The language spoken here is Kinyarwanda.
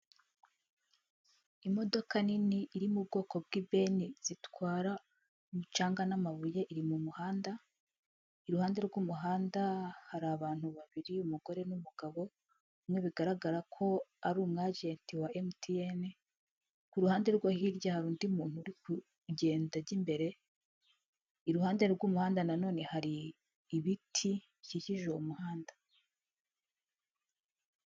Imodoka nini iri mu bwoko bw'ibeni zitwara umucanga n'amabuye iri m'umuhanda, iruhande rw'umuhanda hari abantu babiri umugore n'umugabo umwe bigaragara ko ari umwageti wa emutiyene, k'uruhande rwa hirya hari undi muntu uri kugenda ry'imbere iruhande rw'umuhanda nanone hari ibiti bikikije uwo muhanda.